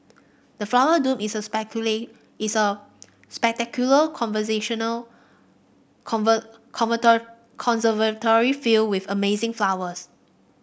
the Flower Dome is a is a spectacular conservatory filled with amazing flowers